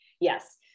Yes